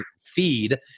feed